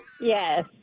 Yes